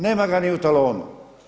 Nema ga ni u talonu.